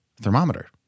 thermometer